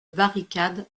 barricade